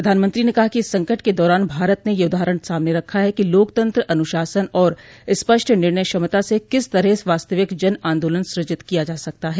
प्रधानमंत्री ने कहा कि इस संकट के दौरान भारत ने यह उदाहरण सामने रखा है कि लोकतंत्र अन्शासन और स्पष्ट निर्णय क्षमता से किस तरह वास्तविक जन आंदोलन सृजित किया जा सकता है